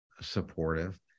supportive